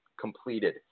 completed